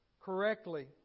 correctly